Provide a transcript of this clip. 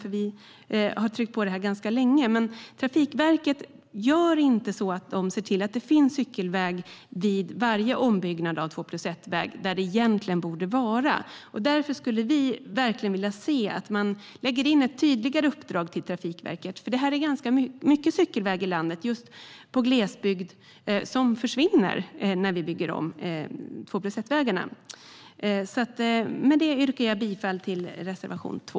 Vi har nämligen tryckt på om det här ganska länge. Trafikverket ser inte till att det finns cykelvägar, där det egentligen borde finnas, vid varje ombyggnad av två-plus-ett-väg. Därför vill vi att man lägger in ett tydligare uppdrag till Trafikverket om det. Det är ganska mycket cykelväg i landet som försvinner, just i glesbygd, när vi bygger om två-plus-ett-vägarna. Med det yrkar jag bifall till reservation 2.